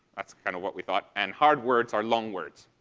that's kind of what we thought. and hard words are long words.